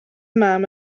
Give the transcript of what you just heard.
mam